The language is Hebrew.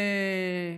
חקלאות,